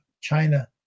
China